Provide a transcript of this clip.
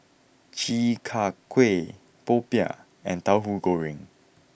Chi Kak Kuih Popiah and Tauhu Goreng